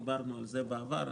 דיברנו על זה בעבר,